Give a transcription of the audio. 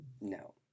No